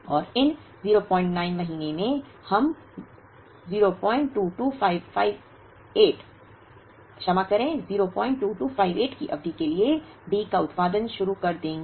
और इन 09 महीनों में हम 02258 की अवधि के लिए D का उत्पादन शुरू कर देंगे